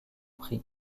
pris